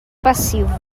passivo